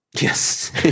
Yes